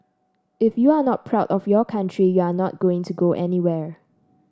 if you are not proud of your country you are not going to go anywhere